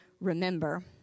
remember